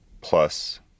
plus